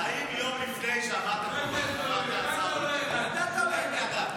האם יום לפני שאמרת --- ידעת או לא ידעת?